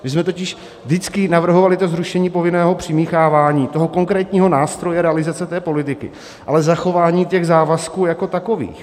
My jsme totiž vždycky navrhovali to zrušení povinného přimíchávání, konkrétního nástroje realizace té politiky, ale zachování těch závazků jako takových.